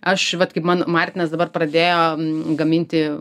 aš vat kaip man martinas dabar pradėjo gaminti